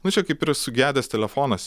nu čia kaip yra sugedęs telefonas